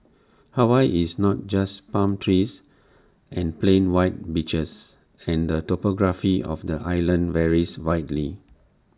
Hawaii is not just palm trees and plain white beaches and the topography of the islands varies widely